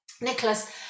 nicholas